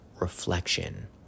reflection